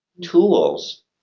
tools